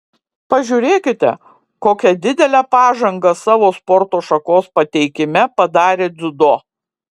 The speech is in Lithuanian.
pažiūrėkite kokią didelę pažangą savo sporto šakos pateikime padarė dziudo